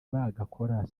bagakora